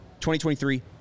2023